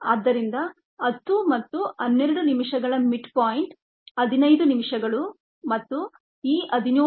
ಆದ್ದರಿಂದ 10 ಮತ್ತು 20 ನಿಮಿಷಗಳ ಮಿಡ್ ಪಾಯಿಂಟ್ 15 ನಿಮಿಷಗಳು ಮತ್ತು ಈ 17